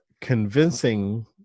convincing